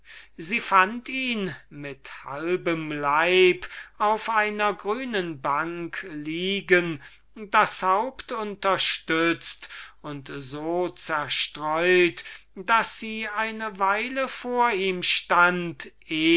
sie fand ihn mit halbem leib auf einer grünen bank liegen das haupt unterstützt und so zerstreut daß sie eine weile vor ihm stand